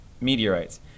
meteorites